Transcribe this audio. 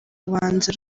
ubanza